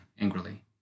angrily